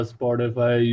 Spotify